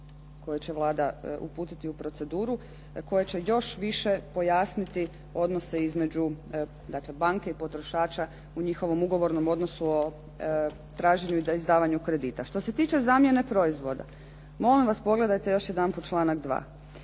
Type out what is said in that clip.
koje će Vlada uputiti u proceduru koje će još više pojasniti odnose između, dakle banke i potrošača u njihovom ugovornom odnosu o traženju izdavanja kredita. Što se tiče zamjene proizvoda. Molim vas pogledajte još jedanput članak 2.